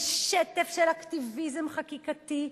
בשטף של אקטיביזם חקיקתי,